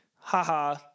haha